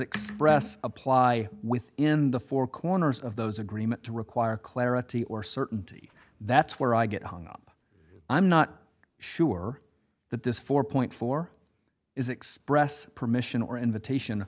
express apply within the four corners of those agreement to require clarity or certainty that's where i get hung up i'm not sure that this four four is express permission or invitation